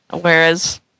whereas